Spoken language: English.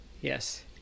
Yes